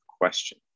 question